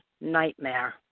nightmare